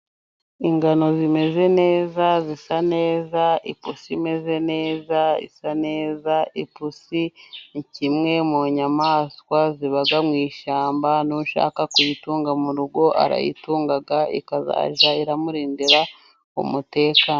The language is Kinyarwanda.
Ingano zimeze neza, zisa neza, ipusi imeze neza, isa neza, ipusi ni kimwe mu nyamaswa ziba mu ishyamba, nushaka kuyitunga mu rugo arayitunga, ikazajya imurindira umutekano.